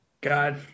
God